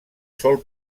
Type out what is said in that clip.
sol